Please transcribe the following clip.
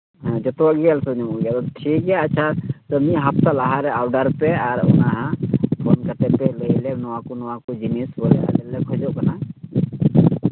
ᱦᱮᱸ ᱡᱚᱛᱚ ᱤᱭᱟᱹ ᱞᱮᱠᱟ ᱜᱮ ᱧᱟᱢᱚᱜ ᱜᱮᱭᱟ ᱴᱷᱤᱠ ᱜᱮᱭᱟ ᱟᱪᱪᱷᱟ ᱢᱤᱫ ᱦᱟᱯᱛᱟ ᱞᱟᱦᱟ ᱨᱮ ᱚᱰᱟᱨ ᱯᱮ ᱟᱨ ᱚᱱᱟ ᱯᱷᱳᱱ ᱠᱟᱛᱮᱫ ᱯᱮ ᱞᱟᱹᱭ ᱟᱞᱮᱭᱟ ᱱᱚᱣᱟ ᱠᱚ ᱱᱚᱣᱟ ᱠᱚ ᱡᱤᱱᱤᱥ ᱵᱚᱞᱮ ᱟᱞᱮ ᱞᱮ ᱠᱷᱚᱡᱚᱜ ᱠᱟᱱᱟ